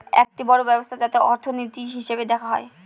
একটি বড়ো ব্যবস্থা যাতে অর্থনীতির, হিসেব দেখা হয়